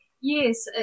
Yes